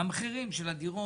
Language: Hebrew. רק עולים.